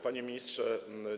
Panie Ministrze!